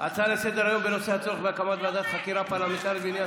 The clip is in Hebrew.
הצעה לסדר-היום בנושא: הצורך בהקמת ועדת חקירה פרלמנטרית בעניין